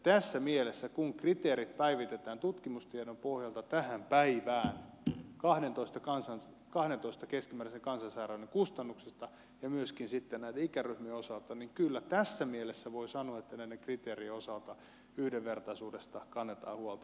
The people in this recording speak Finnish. tässä mielessä kun kriteerit päivitetään tutkimustiedon pohjalta tähän päivään kahdentoista keskimääräisen kansansairauden kustannuksista ja myöskin sitten näiden ikäryhmien osalta kyllä voi sanoa että näiden kriteerien osalta yhdenvertaisuudesta kannetaan huolta